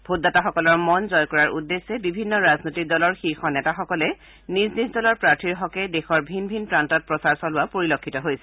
ভোটদাতাসকলৰ মন জয় কৰাৰ উদ্দেশ্যে বিভিন্ন ৰাজনৈতিক দলৰ শীৰ্ষ নেতাসকলে নিজ নিজ দলৰ প্ৰাৰ্থীৰ হকে দেশৰ ভিন ভিন প্ৰান্তত প্ৰচাৰ চলোৱা পৰিলক্ষিত হৈছে